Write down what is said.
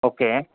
okay